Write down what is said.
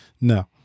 no